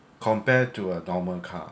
compared to a normal car